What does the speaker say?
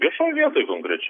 viešoj vietoj konkrečiai